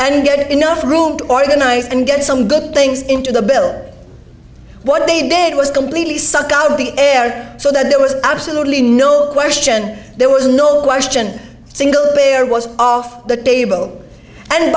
and get enough room to organize and get some good things into the bill what they did was completely sucked out of the air so that there was absolutely no question there was no question single payer was off the table and